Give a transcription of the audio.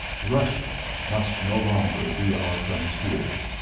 russia must no longer be our frontier.